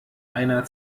einer